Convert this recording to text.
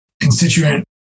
constituent